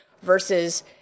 versus